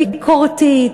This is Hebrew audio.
ביקורתית,